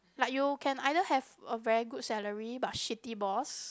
like you can either have a very good salary but shitty boss